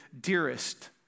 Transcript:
dearest